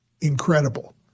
Incredible